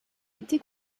été